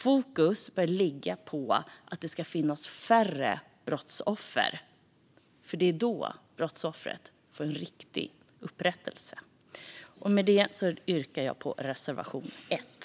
Fokus bör ligga på att det ska finnas färre brottsoffer, för det är då brottsoffret får riktig upprättelse. Med detta yrkar jag bifall till reservation 1.